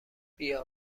بیا